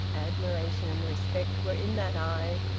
admiration and respect were in that eye,